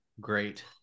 great